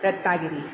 Ratnagiri